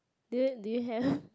do you do you have